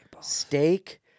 Steak